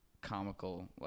comical